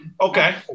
Okay